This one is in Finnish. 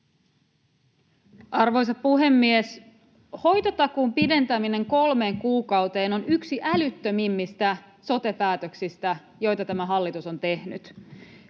Arvoisa puhemies! Hoitotakuun pidentäminen kolmeen kuukauteen on yksi älyttömimmistä sote-päätöksistä, joita tämä hallitus on tehnyt.